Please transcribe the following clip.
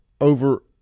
over